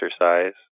exercise